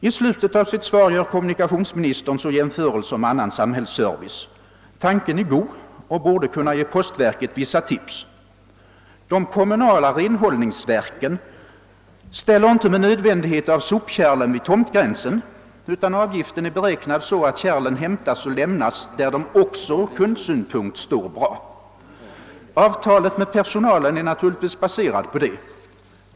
I slutet av sitt svar gör kommunikationsministern jämförelser med annan samhällsservice. Tanken är god och borde kunna ge postverket vissa tips. De kommunala renhållningsverken ställer inte med nödvändighet sopkärlen vid tomtgränsen, utan avgiften är beräknad så att kärlen hämtas och lämnas där de också från kundsynpunkt står bra. Avtalet med personalen är naturligtvis baserat på detta.